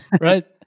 right